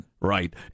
Right